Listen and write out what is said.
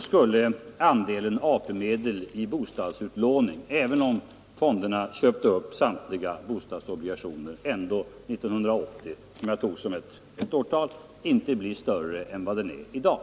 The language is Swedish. skulle andelen AP-medel i bostadsutlåningen 1980, som jag tog som ett exempel, inte bli större än den är i dag, även om fonderna köpte upp samtliga bostadsobligationer.